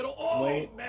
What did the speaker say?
Wait